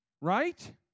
Right